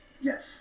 Yes